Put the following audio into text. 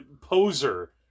poser